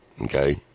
okay